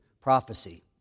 prophecy